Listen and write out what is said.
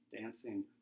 dancing